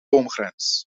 boomgrens